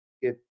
que